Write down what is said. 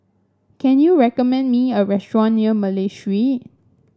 can you recommend me a restaurant near Malay Street